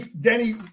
Denny